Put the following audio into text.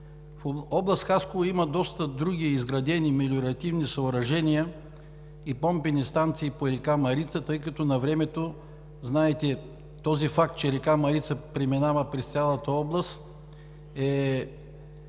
Област Хасково има доста други изградени мелиоративни съоръжения и помпени станции по река Марица, тъй като навремето – знаете този факт, че река Марица преминава през цялата област, е